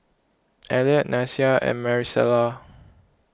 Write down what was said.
Eliot Nyasia and Marisela